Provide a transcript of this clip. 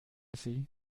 sie